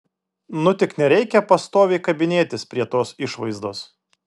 nu tik nereikia pastoviai kabinėtis prie tos išvaizdos